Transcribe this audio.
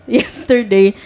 yesterday